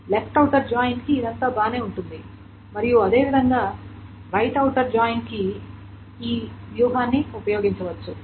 left outer join కి ఇదంతా బాగానే ఉంటుంది మరియు అదేవిధంగా రైట్ ఔటర్ జాయిన్ కి ఈ వ్యూహాన్ని ఉపయోగించవచ్చు